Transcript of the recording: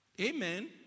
Amen